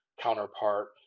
counterpart